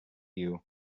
you